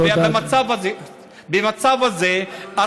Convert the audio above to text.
במצב הזה, תודה.